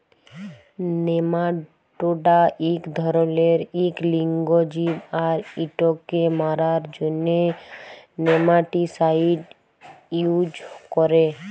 nematoda ইক ধরলের ইক লিঙ্গ জীব আর ইটকে মারার জ্যনহে নেমাটিসাইড ইউজ ক্যরে